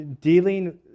dealing